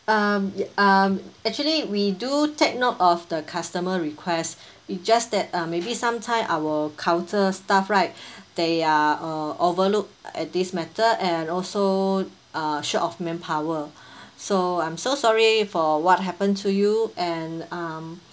um um actually we do take note of the customer requests it just that uh maybe some time our counter staff right they are uh overlooked at this matter and also uh short of manpower so I'm so sorry for what happened to you and and um